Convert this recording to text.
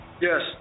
Yes